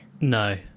No